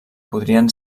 podrien